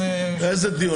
משחקים.